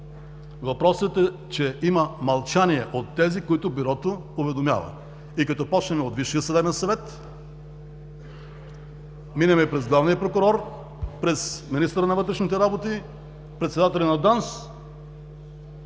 Въпросът е, че има мълчание по тези, които Бюрото уведомява, като започнем от Висшия съдебен съвет, минем през главния прокурор, през министъра на вътрешните работи, председателя на ДАНС.